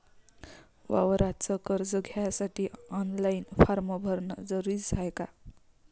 वावराच कर्ज घ्यासाठी ऑनलाईन फारम भरन जरुरीच हाय का?